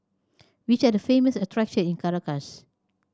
which are the famous attraction in Caracas